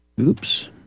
Oops